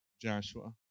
Joshua